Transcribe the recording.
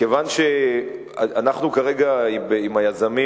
כיוון שאנחנו כרגע עוד דנים עם היזמים